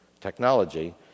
technology